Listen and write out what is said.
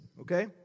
okay